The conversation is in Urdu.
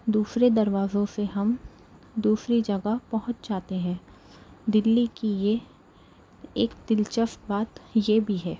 دوسرے دروازوں سے ہم دوسری جگہ پہونچ جاتے ہیں دلی کی یہ ایک دلچسپ بات یہ بھی ہے